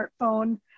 smartphone